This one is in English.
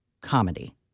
comedy